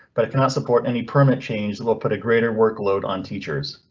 but it cannot support any permit change that will put a greater workload on teachers.